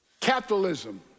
capitalism